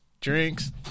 drinks